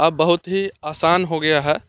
अब बहुत ही आसान हो गया है